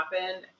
happen